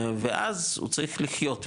ואז הוא צריך לחיות מזה,